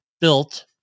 built